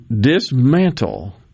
dismantle